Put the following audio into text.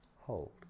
Hold